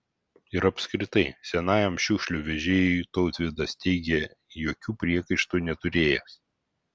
ir apskritai senajam šiukšlių vežėjui tautvydas teigė jokių priekaištų neturėjęs